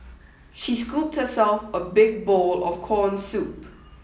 she scooped herself a big bowl of corn soup